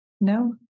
No